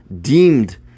deemed